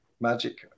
magic